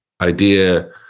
idea